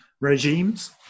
regimes